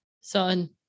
son